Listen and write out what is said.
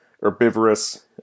herbivorous